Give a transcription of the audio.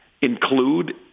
include